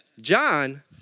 John